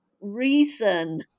reason